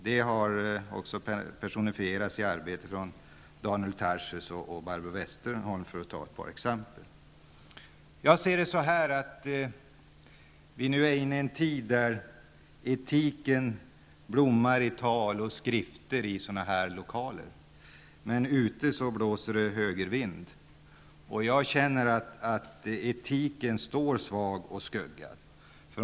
Detta har också personifierats i arbetet av Daniel Jag ser det så att vi nu är inne i en tid då etiken blommar i tal och skrifter i sådana här lokaler, men ute blåser högervind. Jag känner att etiken står svag och skuggad.